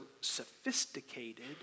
sophisticated